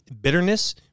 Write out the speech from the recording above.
bitterness